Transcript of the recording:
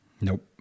Nope